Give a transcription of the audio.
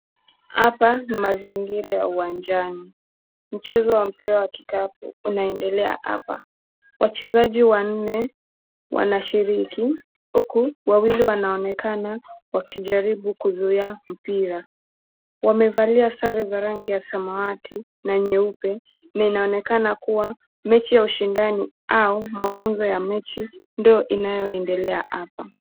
Hapa ni mazingira ya uwanjani, mchezo wa mpira wa kikapu unaendelea hapa, wachezaji wanne wanashiriki huku wawili wanaonekana wakijaribu kuzuia mpira, wamevalia sare za rangi ya samawati na nyeupe na inaonekana kuwa mechi ya ushindani au mafunzo ya mechi ndio inayoendelea hapa.